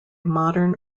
modern